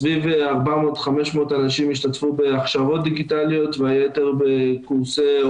סביב ה-400-500 אנשים השתתפו בהכשרות דיגיטליות והיתר בקורסי אוריינות.